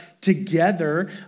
together